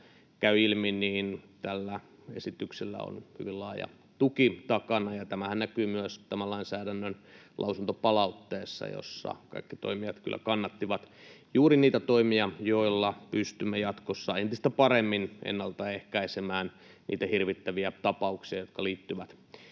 käy ilmi, tällä esityksellä on hyvin laaja tuki takana, ja tämähän näkyy myös tämän lainsäädännön lausuntopalautteessa, jossa kaikki toimijat kyllä kannattivat juuri niitä toimia, joilla pystymme jatkossa entistä paremmin ennaltaehkäisemään niitä hirvittäviä tapauksia, jotka liittyvät